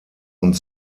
und